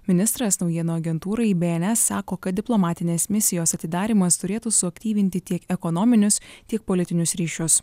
ministras naujienų agentūrai bns sako kad diplomatinės misijos atidarymas turėtų suaktyvinti tiek ekonominius tiek politinius ryšius